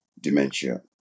dementia